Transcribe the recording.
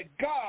God